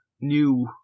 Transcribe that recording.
new